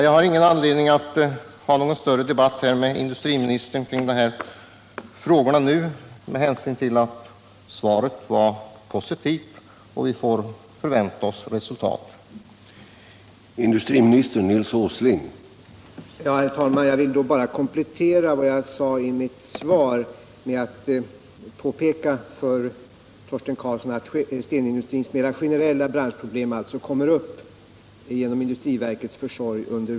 Jag har ingen anledning att nu föra någon längre debatt med indu striministern kring dessa frågor med hänsyn till att svaret var positivt Nr 46 och vi får vänta oss resultat.